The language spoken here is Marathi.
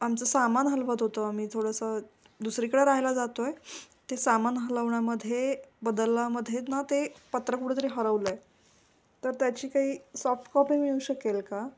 आमचं सामान हलवत होतो आम्ही थोडंसं दुसरीकडं राहायला जातो आहे ते सामान हलवण्यामध्ये बदलामध्ये ना ते पत्र कुठेतरी हरवलं आहे तर त्याची काही सॉफ्टकॉपी मिळू शकेल का